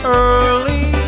early